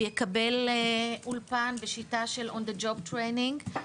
הוא יקבל אולפן בשיטה שלon the job training .